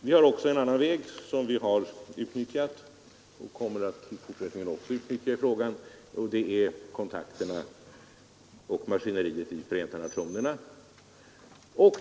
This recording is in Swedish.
Vi har också utnyttjat en annan väg, nämligen kontakterna och maskineriet i Förenta nationerna.